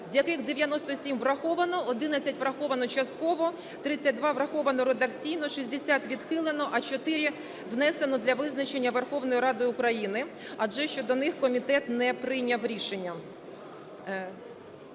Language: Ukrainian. з яких 97 враховано, 11 враховано частково, 32 враховано редакційно, 60 відхилено, а 4 - внесено для визначення Верховною Радою України, адже щодо них комітет не прийняв рішення.